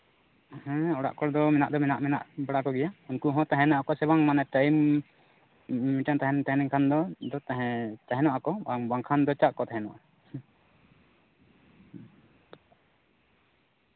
ᱦᱮᱸ ᱚᱲᱟᱜ ᱠᱚᱨᱮ ᱫᱚ ᱢᱮᱱᱟᱜ ᱫᱚ ᱢᱮᱱᱟᱜ ᱢᱮᱱᱟᱜ ᱵᱟᱲᱟ ᱠᱚᱜᱮᱭᱟ ᱩᱱᱠᱩ ᱦᱚᱸ ᱛᱟᱦᱮᱸ ᱱᱚᱜᱼᱟ ᱥᱮ ᱵᱟᱝ ᱢᱟᱱᱮ ᱴᱟᱭᱤᱢ ᱢᱤᱫᱴᱟᱝ ᱛᱟᱦᱮᱸ ᱞᱮᱱᱠᱷᱟᱱ ᱫᱚ ᱟᱫᱚ ᱛᱟᱦᱮᱸ ᱱᱚᱜᱼᱟ ᱠᱚ ᱵᱟᱝᱠᱷᱟᱱ ᱫᱚ ᱪᱟᱜ ᱠᱚ ᱛᱟᱦᱮᱸ ᱱᱚᱜᱼᱟ